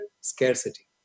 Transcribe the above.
scarcity